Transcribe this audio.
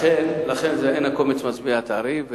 לכן אין הקומץ משביע את הארי.